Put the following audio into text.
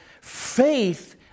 faith